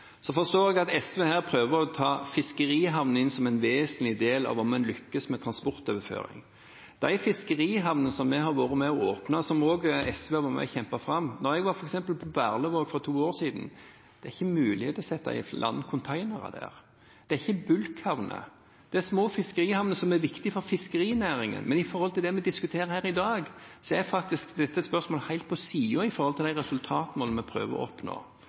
Så forstår jeg at SV her prøver å ta fiskerihavner inn som en vesentlig del av om en lykkes med transportoverføring. Når det gjelder de fiskerihavnene som vi har vært med på å åpne, som også SV har vært med på å kjempe fram, var jeg f.eks. i Berlevåg for to år siden, og der er det ikke mulig å sette i land containere. Det er ikke bulkhavner. Det er små fiskerihavner som er viktige for fiskerinæringen. Men knyttet til det vi diskuterer her i dag, er faktisk dette spørsmålet helt på siden i forhold til de resultatmålene vi prøver å oppnå.